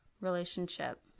relationship